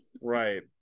right